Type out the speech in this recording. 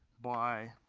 by